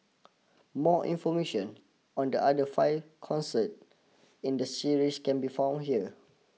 more information on the other five concert in the series can be found here